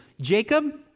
Jacob